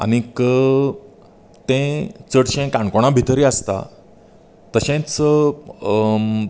आनीक तें चडशें काणकोणा भितरय आसता तशेंच